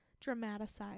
dramatize